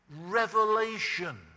revelation